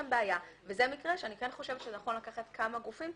זה המקרה שלגביו אני חושבת שנכון לקחת כמה גופים.